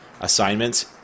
assignments